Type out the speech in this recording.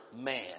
man